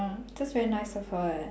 that's very nice of her eh